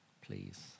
please